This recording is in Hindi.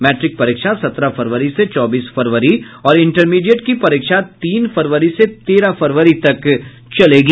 मैट्रिक परीक्षा सत्रह फरवरी से चौबीस फरवरी और इंटरमीडिएट की परीक्षा तीन फरवरी से तेरह फरवरी तक चलेगी